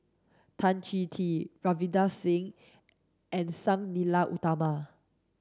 Tan Chong Tee Ravinder Singh and Sang Nila Utama